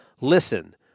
Listen